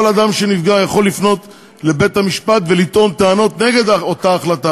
כל אדם שנפגע יכול לפנות לבית-המשפט ולטעון נגד אותה החלטה,